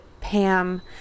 Pam